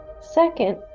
Second